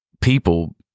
people